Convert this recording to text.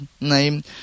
name